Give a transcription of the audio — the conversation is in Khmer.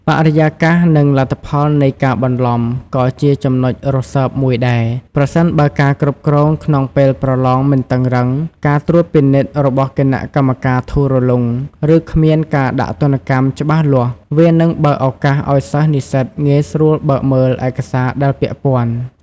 បរិយាកាស និងលទ្ធភាពនៃការបន្លំ ក៏ជាចំណុចរសើបមួយដែរ ប្រសិនបើការគ្រប់គ្រងក្នុងពេលប្រឡងមិនតឹងរ៉ឹង ការត្រួតពិនិត្យរបស់គណៈកម្មការធូររលុង ឬគ្មានការដាក់ទណ្ឌកម្មច្បាស់លាស់ វានឹងបើកឱកាសឱ្យសិស្សនិស្សិតងាយស្រួលបើកមើលឯកសារដែលពាក់ព័ន្ធ។